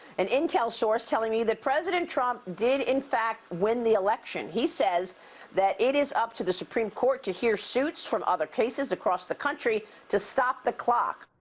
an intel source telling me that president trump did, in fact, win the election. he says that it is up to the supreme court to hear suits from other cases across the country to stop the clock.